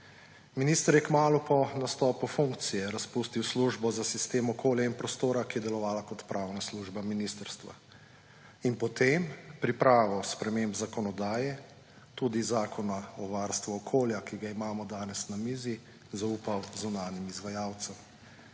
Minister je kmalu po nastopu funkcije razpustil službo za sistem okolja in prostora, ki je delovala kot pravna služba ministrstva, in potem pripravo sprememb zakonodaje, tudi Zakona o varstvu okolja, ki ga imamo danes na mizi, zaupal zunanjim izvajalcem.